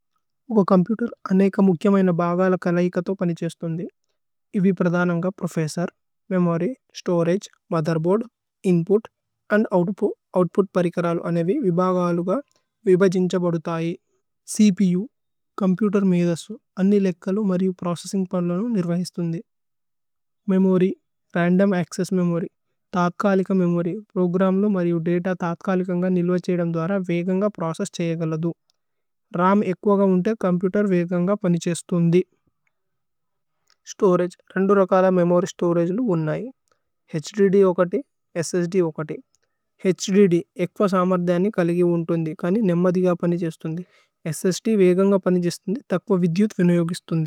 Hugo computer, അനേഖ മുഖ്യമയ്ന ബഗല കലയികതോ പനിഛേശ്ഥുന്ദി। ഇബി പ്രദനന്ഗ, processor, memory, storage, motherboard, input, and output, output പരികരലു। അനേവി, വിബഗാലു ഗ, വിബജിന്ഛ ബോദു തൈ, ച്പു, ചോമ്പുതേര് മേദസു, അന്നി ലേക്കലു മരിയു പ്രോചേസ്സിന്ഗ് പരലു നിര്വഹിശ്ഥുന്ദി। മേമോര്യ്, രന്ദോമ് അച്ചേസ്സ് മേമോര്യ്, തഥ്കലിക മേമോര്യ്, പ്രോഗ്രമ്ലു മരിയു ദത തഥ്കലികന്ഗ നില്വ ഛേദേമ്ധ്ധര വേഗന്ഗ പ്രോചേസ്സ് ഛേഗല്ലധു। രമ് ഏക്വഗ ഉന്ത, ചോമ്പുതേര് വേഗന്ഗ പനിഛേശ്ഥുന്ദി। സ്തോരഗേ, ഹുന്ദുരകല മേമോര്യ് സ്തോരഗേ ലു ഉന്ന ഹി। ഹ്ദ്ദ് ഓ കതി, സ്സ്ദ് ഓ കതി। ഹ്ദ്ദ് ഏക്വ സമര്ധ ഹി കലയികുന്ദി, കനി നേമ്മധി ഗ പനിഛേശ്ഥുന്ദി। സ്സ്ദ് വേഗന്ഗ പനിഛേശ്ഥുന്ദി, തക്വ വിദ്യുഥ് വേനുയോഗിശ്ഥുന്ദി।